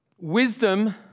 Wisdom